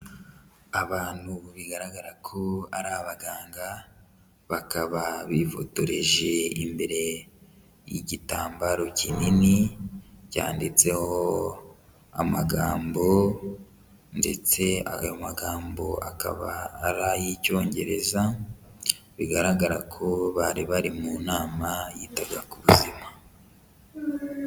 Abantu bigaragara ko ari abaganga, bakaba bifotoreje imbere y'igitambaro kinini, cyanditseho amagambo ndetse ayo magambo akaba ari ay'Icyongereza bigaragara ko bari bari mu nama yitaga ku buzima.